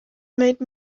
made